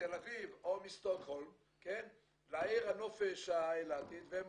מתל אביב או משטוקהולם לעיר הנופש האילתית והם